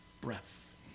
breath